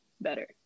better